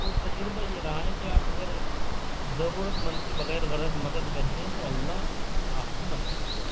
تو تجربہ یہ رہا ہے کہ آپ اگر ضرورت مند کی بغیر غرض مدد کرتے ہیں تو اللّہ آپ کی مدد کرتا ہے